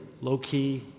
low-key